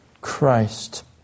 Christ